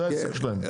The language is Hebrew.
זה העסק שלהם.